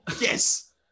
Yes